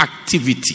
activity